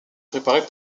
préparé